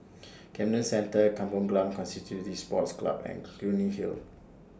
Camden Centre Kampong Glam Constituency Sports Club and Clunny Hill